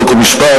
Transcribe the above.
חוק ומשפט,